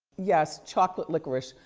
yes, chocolate licorice,